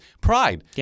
Pride